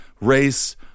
race